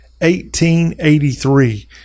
1883